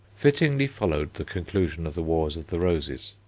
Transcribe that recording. fittingly followed the conclusion of the wars of the roses.